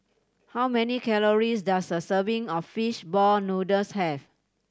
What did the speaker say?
how many calories does a serving of fish ball noodles have